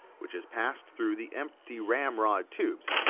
which is passed through the empty ramrod tubes,